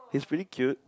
he's pretty cute